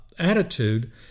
attitude